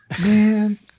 man